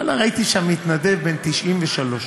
ראיתי שם מתנדב בן 93,